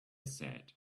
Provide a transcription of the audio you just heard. said